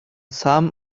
some